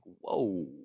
whoa